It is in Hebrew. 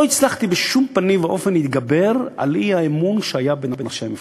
לא הצלחתי בשום פנים ואופן להתגבר על האי-אמון שהיה בין ראשי המפלגות.